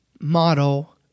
model